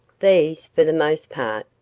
these, for the most part,